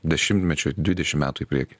dešimtmečiui dvidešimt metų į priekį